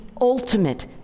ultimate